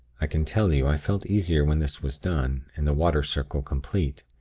i can tell you, i felt easier when this was done, and the water circle complete.